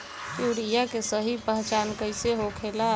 Urea के सही पहचान कईसे होखेला?